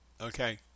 Okay